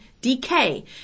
decay